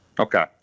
Okay